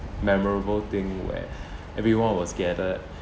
memorable thing where everyone was gathered